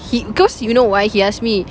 he cause you know why he ask me